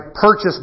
purchase